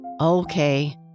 Okay